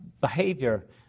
behavior